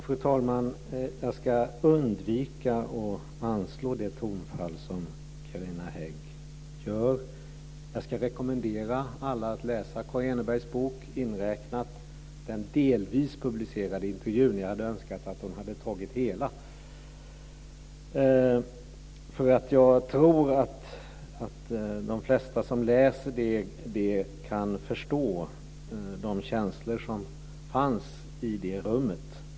Fru talman! Jag ska undvika att anslå det tonfall som Carina Hägg använder. Jag rekommenderar alla att läsa Kaa Enebergs bok, inräknat den delvis publicerade intervjun. Jag hade önskat att hon hade tagit hela. De flesta som läser den kan förstå de känslor som fanns i rummet.